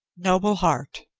noble heart!